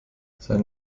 sein